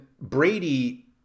Brady